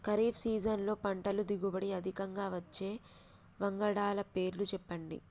ఖరీఫ్ సీజన్లో పంటల దిగుబడి అధికంగా వచ్చే వంగడాల పేర్లు చెప్పండి?